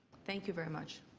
thank you very much.